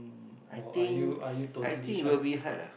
or are you are you totally shut